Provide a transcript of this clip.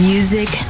Music